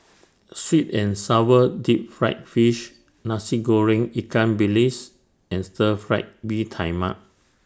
Sweet and Sour Deep Fried Fish Nasi Goreng Ikan Bilis and Stir Fry Mee Tai Mak